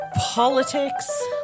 politics